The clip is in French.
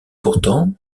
pourtant